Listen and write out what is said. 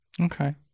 Okay